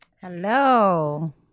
Hello